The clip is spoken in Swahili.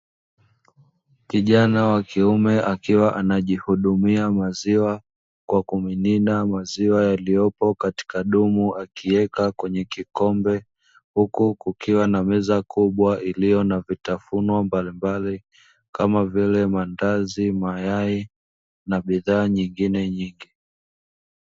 Kijana wa kiume akiwa anajihudumia maziwa, kwa kumimina maziwa yaliyopo katika dumu akiweka kwenye kikombe, huku kukiwa na meza kubwa iliyo na vitafunwa mbalimbali, kama vile: mandazi, mayai na bidhaa nyingine nyingi.